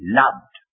loved